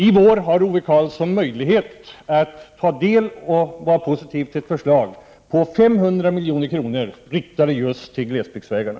I vår har Ove Karlsson möjlighet att ta del av och vara positiv till förslag om 500 milj.kr., riktade till just glesbygdsvägarna.